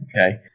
Okay